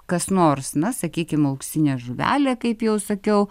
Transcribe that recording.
kas nors na sakykim auksinę žuvelę kaip jau sakiau